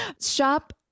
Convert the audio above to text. Shop